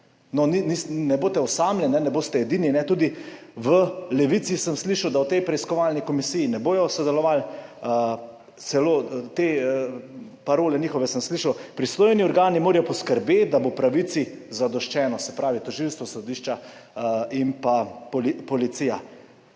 Ne boste osamljeni, ne boste edini, tudi v Levici sem slišal, da v tej preiskovalni komisiji ne bodo sodelovali. Celo te njihove parole sem slišal – pristojni organi morajo poskrbeti, da bo pravici zadoščeno, se pravi tožilstvo, sodišča in policija.